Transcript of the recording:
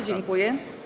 Dziękuję.